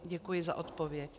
Děkuji za odpověď.